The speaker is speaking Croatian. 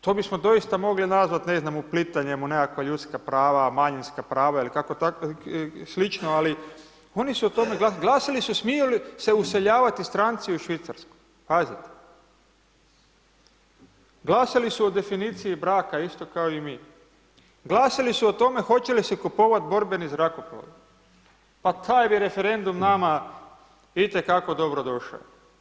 To bismo doista mogli nazvati ne znam uplitanjem u nekakav ljudska prava, manjinska prava ili kako tako slično, ali oni su o tome glasali, glasali su smiju li se useljavati stranci u Švicarsku, pazite, glasali su o definiciji braka isto kao i mi, glasali su o tome hoće li se kupovati borbeni zrakoplovi, pa taj bi referendum nama itekako dobrodošao.